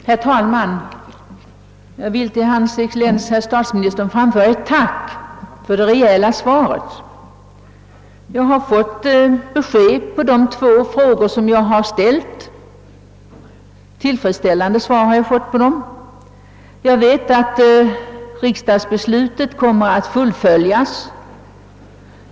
Herr talman! Jag vill till hans excellens herr statsministern framföra ett tack för det rejäla svaret. Jag har fått ett tillfredsställande svar på de två frågor jag har ställt. Jag vet att riksdagsbeslutet kommer att fullföljas.